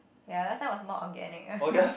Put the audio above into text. ya last time was more organic